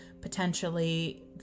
potentially